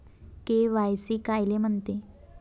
KYC कायले म्हनते?